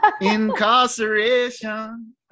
incarceration